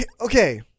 Okay